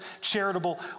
charitable